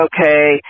okay